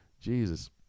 jesus